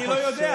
אני לא יודע.